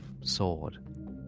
sword